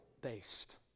based